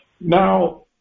Now